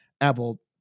Apple